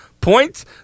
points